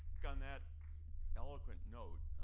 on that eloquent note,